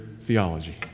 theology